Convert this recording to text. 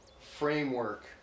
framework